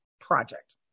project